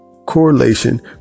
correlation